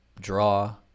draw